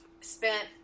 spent